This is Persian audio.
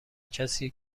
کسیه